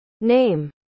name